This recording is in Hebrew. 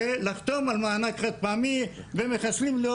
זה לחתום על מענק חד פעמי ומחסלים אותו,